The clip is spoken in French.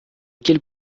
quelle